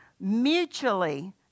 Mutually